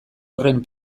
horren